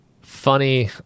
Funny